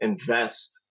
invest